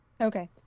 Okay